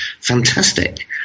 fantastic